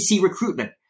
recruitment